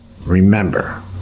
remember